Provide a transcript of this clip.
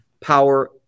power